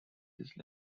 these